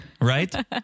Right